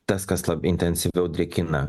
tas kas lab intensyviau drėkina